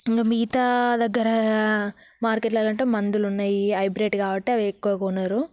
ఇక మిగతా దగ్గర మార్కెట్లలో అంటే మందులు ఉన్నాయి హైబ్రిడ్ కాబట్టి అవి ఎక్కువగా కొనరు